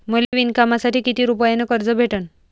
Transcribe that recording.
मले विणकामासाठी किती रुपयानं कर्ज भेटन?